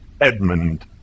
Edmund